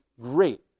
great